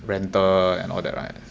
rental and all that right